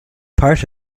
part